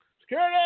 security